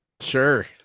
sure